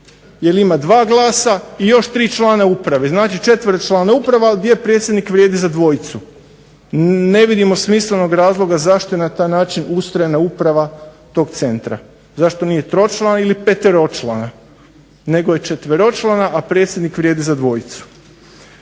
jer ima dva glasa i još tri člana uprave. Znači četveročlana uprava, ali gdje predsjednik vrijedi za dvojicu. Ne vidimo smislenog razloga zašto je na taj način ustrojena uprava tog centra? Zašto nije tročlana ili peteročlana, nego je četveročlana, a predsjednik vrijedi za dvojicu.